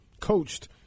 coached